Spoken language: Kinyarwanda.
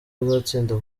bazatsinda